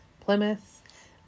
Plymouth